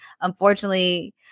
Unfortunately